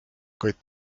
kuid